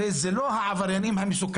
הרי זה לא העבריינים המסוכנים,